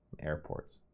Airports